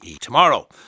tomorrow